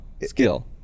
skill